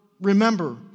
remember